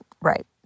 right